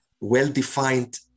well-defined